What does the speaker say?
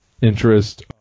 interest